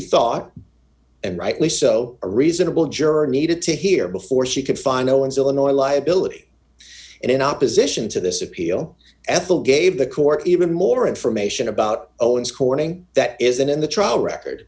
thought and rightly so a reasonable juror d needed to hear before she could find no one's illinois liability and in opposition to this appeal ethel gave the court even more information about owens corning that isn't in the trial record